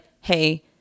hey